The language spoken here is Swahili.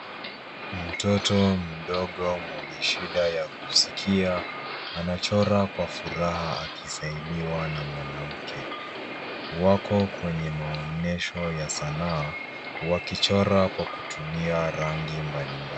Mtoto mdogo mwenye shida ya kusikia anachora kwa furaha akisaidiwa na mwanamke, wako kwenye maonyesho ya sanaa wakichora kwa kutumia rangi mbalimbali.